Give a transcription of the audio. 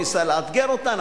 ניסה לאתגר אותן,